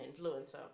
influencer